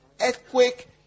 earthquake